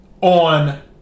on